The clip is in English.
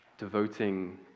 devoting